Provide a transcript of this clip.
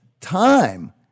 time